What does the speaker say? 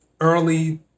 early